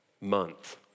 month